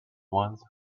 once